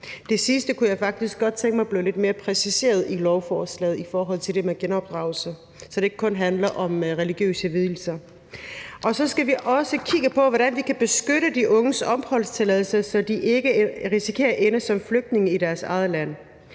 jeg faktisk godt tænke mig blev lidt mere præciseret i lovforslaget, så det ikke kun handler om religiøse vielser. Vi skal også kigge på, hvordan vi kan beskytte de unges opholdstilladelse, så de ikke risikerer at ende som flygtninge i deres eget land.